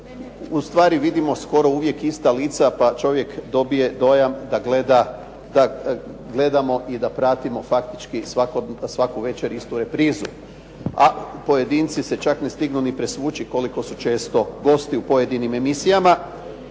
ustvari vidimo skoro uvijek ista lica, pa čovjek dobije dojam da gledamo i da pratimo faktički svaku večer istu reprizu. a pojedinci se čak ne stignu ni presvući koliko su često gosti u pojedinim emisijama,